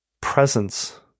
presence